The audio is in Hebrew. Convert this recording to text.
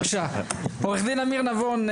עורך-דין אמיר נבון,